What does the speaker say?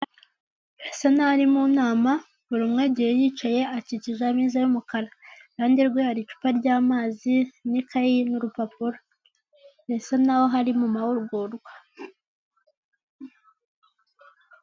Ese nari mu nama, buri umwe agiye yicaye akikije ameza y'umukara. Iruhande rwe hari icupa ry'amazi n'ikayi n'urupapuro. Birasa nk'aho bari mu mahugurwa.